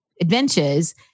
adventures